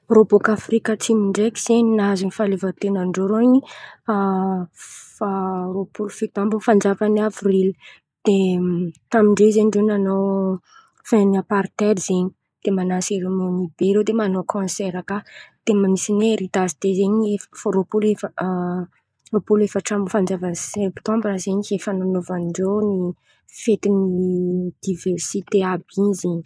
Rô bôka Afrika Atsimo ndraiky zen̈y nahazo ny fahaleovan-ten̈an-drô reo ny a faha roapolo fito amby ny fanjavan’ny avrila. De tamin-dre ze ndreo nanao fain ny apartaidy zen̈y. De manan̈o seremônia be reo de manao kônsera kà. De manisy ny e eridazide zen̈y ny efa- roapolo efa- a roapolo efatra amby ny fanjavan’ny septambra zen̈y ze fan̈anaovan-dreo ny fetin’ny diversite àby in̈y zen̈y.